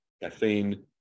Caffeine